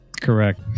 Correct